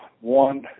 one